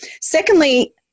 Secondly